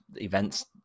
events